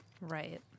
Right